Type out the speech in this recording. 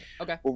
Okay